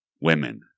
women